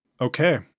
Okay